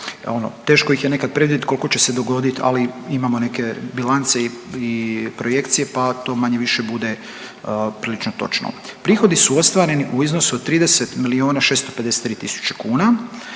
teško ih je nekada predvidjeti koliko će se dogoditi ali imamo neke bilance i projekcije pa to manje-više bude prilično točno. Prihodi su ostvareni u iznosu od 30 miliona 653 tisuće kuna,